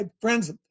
friends